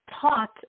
taught